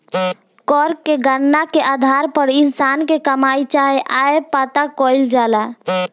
कर के गणना के आधार पर इंसान के कमाई चाहे आय पता कईल जाला